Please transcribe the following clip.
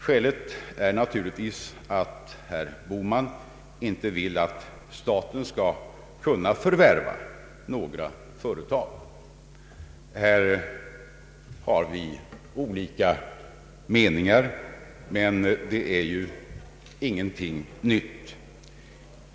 Skälet är naturligtvis att herr Bohman inte vill att staten skall kunna förvärva några företag. Här har vi olika meningar, men det är ju ingenting nytt.